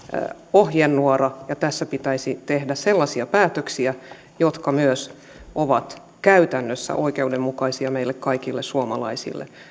ohjenuora ja tässä pitäisi tehdä sellaisia päätöksiä jotka myös ovat käytännössä oikeudenmukaisia meille kaikille suomalaisille